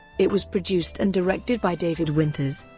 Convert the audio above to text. it was produced and directed by david winters,